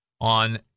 On